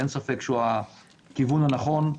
אין ספק שהוא הכיוון הנכון.